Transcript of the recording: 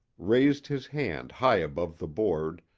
raised his hand high above the board,